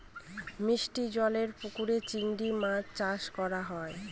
মিষ্টি জলেরর পুকুরে চিংড়ি মাছ চাষ করা হয়